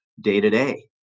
day-to-day